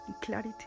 clarity